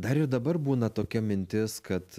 dar ir dabar būna tokia mintis kad